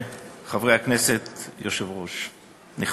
יושב-ראש נכבד,